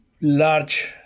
large